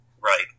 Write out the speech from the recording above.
Right